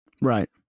Right